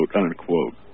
unquote